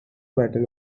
battle